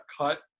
cut